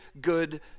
good